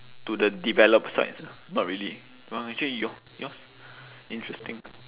to the developed sites ah not really uh actually your yours interesting